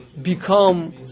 become